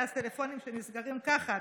היו אז טלפונים שנסגרים ככה,